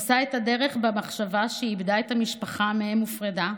עושה את הדרך במחשבה שהיא איבדה את המשפחה שממנה הופרדה,